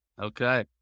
Okay